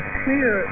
clear